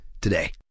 today